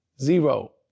Zero